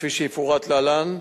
כפי שיפורט להלן,